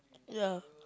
ya